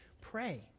Pray